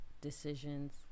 decisions